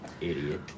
Idiot